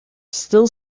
still